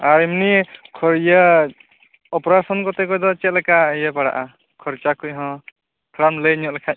ᱟᱨ ᱮᱢᱱᱤ ᱠᱷᱚ ᱮᱭᱟ ᱚᱯᱨᱮᱥᱚᱱ ᱠᱚᱛᱮ ᱠᱚᱫᱚ ᱪᱮᱫᱞᱮᱠᱟ ᱤᱭᱟ ᱯᱟᱲᱟᱜ ᱟ ᱠᱷᱚᱨᱪᱟ ᱠᱚᱦᱚᱸ ᱛᱷᱚᱲᱟᱢ ᱞᱟ ᱭ ᱧᱚᱜ ᱞᱮᱠᱷᱟᱡ